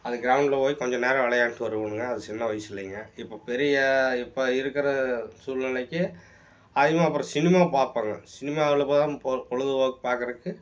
அந்த க்ரௌண்டில் போய் கொஞ்சம் நேரம் விளையாண்ட்டு வருவோம்ங்க அது சின்ன வயசுலேங்க இப்போ பெரிய இப்போ இருக்கிற சூழ்நெலைக்கு அதிகமாக அப்புறம் சினிமா பாப்பேங்க சினிமாவில் பொழுதுபோக்கு பாக்குறதுக்கு